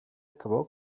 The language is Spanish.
acabó